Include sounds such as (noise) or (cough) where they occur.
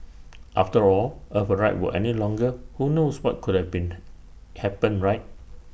(noise) after all if her ride were any longer who knows what could have been (noise) happened right